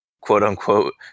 quote-unquote